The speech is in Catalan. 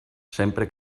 sempre